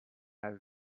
have